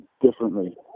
differently